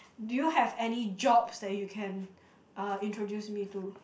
do you have any jobs that you can uh introduce me to